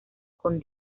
con